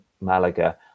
Malaga